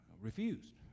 refused